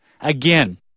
Again